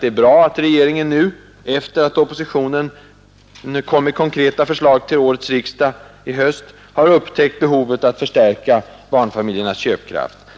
Det är bra att regeringen nu — efter det att oppositionen kommit med konkreta förslag till årets höstriksdag — har upptäckt behovet att förstärka barnfamiljernas köpkraft.